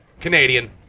Canadian